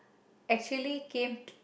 actually came